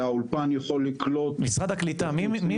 שהאולפן יכול לקלוט --- משרד הקליטה מי